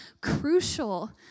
crucial